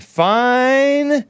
fine